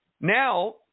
now